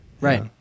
right